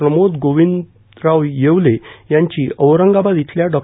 प्रमोद गोविंदराव येवले यांची औरंगाबाद इथल्या डॉ